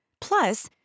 Plus